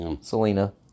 Selena